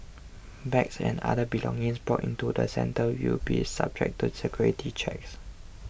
bags and other belongings brought into the centre will be subject to security checks